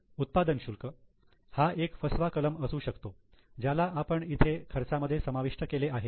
उत्पादन शुल्क हा एक फसवा कलम असू शकतो ज्याला आपण इथे खर्चामध्ये समाविष्ट केले आहे